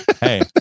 Hey